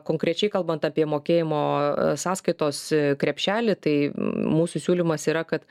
konkrečiai kalbant apie mokėjimo sąskaitos krepšelį tai mūsų siūlymas yra kad